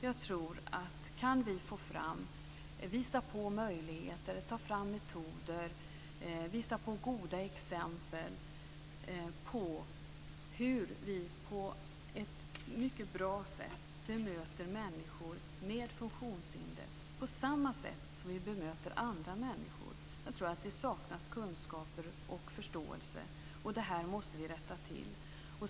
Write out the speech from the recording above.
Jag tror att vi bör få fram möjligheter, ta fram metoder, visa på goda exempel på hur vi på ett mycket bra sätt bemöter människor med funktionshinder på samma sätt som vi bemöter andra människor. Det saknas kunskap och förståelse. Detta måste vi rätta till.